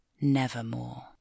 Nevermore